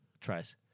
tries